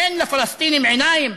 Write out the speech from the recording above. אין לפלסטינים עיניים?